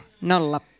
Nolla